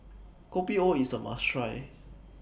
Kopi O IS A must Try